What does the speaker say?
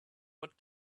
what